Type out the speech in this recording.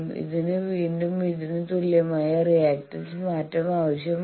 ഇതിന് വീണ്ടും ഇതിന് തുല്യമായ റിയാക്റ്റൻസ് മാറ്റം ആവശ്യമാണ്